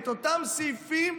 את אותם סעיפים,